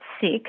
sick